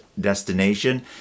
destination